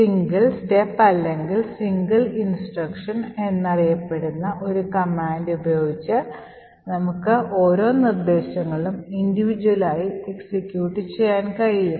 single step അല്ലെങ്കിൽ single instruction എന്നറിയപ്പെടുന്ന ഒരു കമാൻഡ് ഉപയോഗിച്ച് നമുക്ക് ഓരോ നിർദ്ദേശങ്ങളും individual ആയി എക്സിക്യൂട്ട് ചെയ്യാൻ കഴിയും